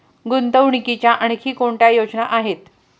गुंतवणुकीच्या आणखी कोणत्या योजना आहेत?